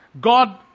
God